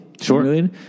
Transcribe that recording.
Sure